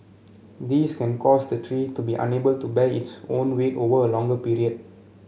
these can cause the tree to be unable to bear its own weight over a longer period